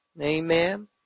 Amen